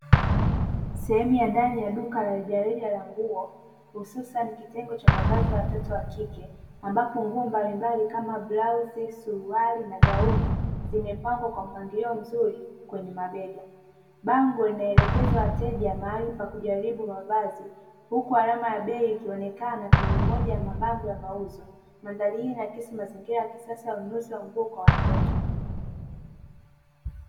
Sehemu ya ndani ya duka la rejareja la nguo hususani kitengo cha mavazi ya kike ambapo nguo mbalimbali kama vile blauzi, suruali na gauni zimepangwa kwa mpangilio mzuri kwenye mabega bango linaelekeza wateja mahali pa kujaribu mavazi huku alama ya bei ikionekana kwenye moja ya mabango ya mauzo. Mandhari hii inakisi mazingira ya kisasa ya manunuzi ya nguo kwa watoto.